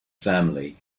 family